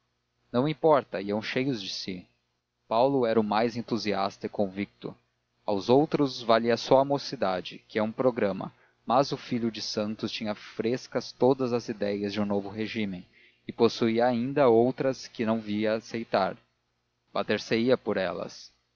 não importa iam cheios de si paulo era o mais entusiasta e convicto aos outros valia só a mocidade que é um programa mas o filho de santos tinha frescas todas as ideias do novo regímen e possuía ainda outras que não via aceitar bater se ia por elas